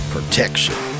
Protection